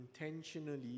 intentionally